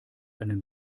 einen